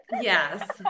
Yes